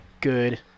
good